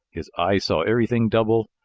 his eyes saw everything double,